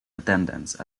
attendance